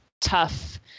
tough